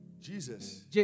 Jesus